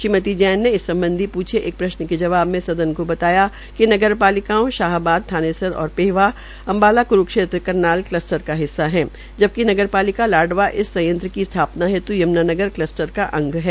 श्रीमती जेन ने इस सम्बधी पूछे एक प्रश्न के जवाब में सदन को बताया कि नगरपालिकाओं शाहबाद थानेसर और पेहवा अम्बाला क्रूक्षेत्र करनाल कल्स्टर का हिस्सा है जबकि नगरपालिका लाडवा इस संयंत्र की स्थापना हेत् यमुनानगर हेत् यम्नानगर कल्सटरर्स का अंग है